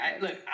Look